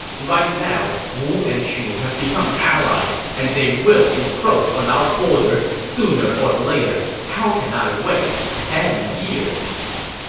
right now wu and shu have become allies, and they will encroach on our borders sooner or later. how can i wait ten years!